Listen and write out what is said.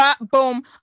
Boom